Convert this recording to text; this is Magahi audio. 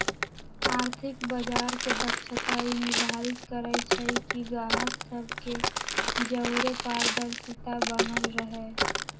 आर्थिक बजार के दक्षता ई निर्धारित करइ छइ कि गाहक सभ के जओरे पारदर्शिता बनल रहे